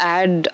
add